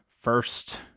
first